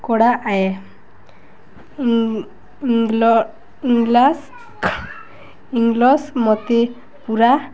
କଡ଼ା ଆଏ English English English ମତେ ପୁରା